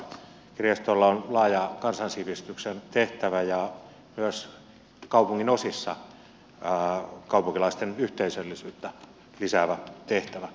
kirjastolla on laaja kansansivistyksen tehtävä ja myös kaupunginosissa kaupunkilaisten yhteisöllisyyttä lisäävä tehtävä